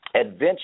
Adventure